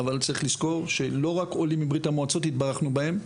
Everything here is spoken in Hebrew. אבל צריך לזכור כי לא רק עולים מברית המועצות התברכנו בהם.